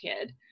kid